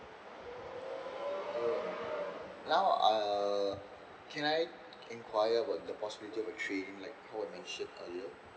now uh can I inquire about the possibility of a trade in like how I mentioned earlier